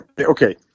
okay